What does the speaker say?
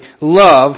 love